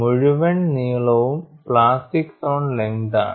മുഴുവൻ നീളവും plastic zone ലെങ്താണ്